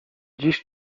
dziś